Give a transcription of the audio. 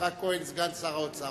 יצחק כהן, סגן שר האוצר.